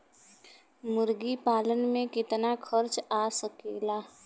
मुर्गी पालन में कितना खर्च आ सकेला?